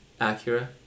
Acura